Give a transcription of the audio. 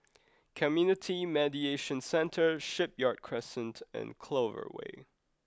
Community Mediation Centre Shipyard Crescent and Clover Way